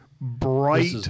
bright